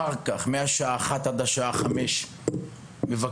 אחר כך, מהשעה 13:00 ועד השעה 17:00, מבקרים